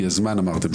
כי זמן אמרתם,